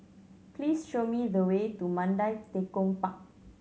please show me the way to Mandai Tekong Park